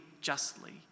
justly